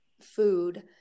food